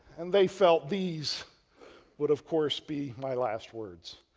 and they felt these would of course be my last words.